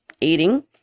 eating